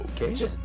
okay